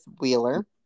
Wheeler